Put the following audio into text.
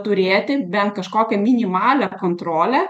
turėti bent kažkokią minimalią kontrolę